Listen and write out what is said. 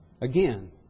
Again